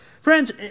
Friends